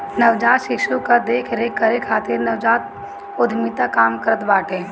नवजात शिशु कअ देख रेख करे खातिर नवजात उद्यमिता काम करत बाटे